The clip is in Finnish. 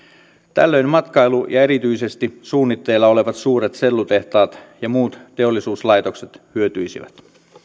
tällöin matkailu ja erityisesti suunnitteilla olevat suuret sellutehtaat ja muut teollisuuslaitokset hyötyisivät